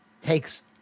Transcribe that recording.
takes